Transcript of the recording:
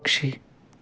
పక్షి